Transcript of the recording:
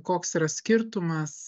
koks yra skirtumas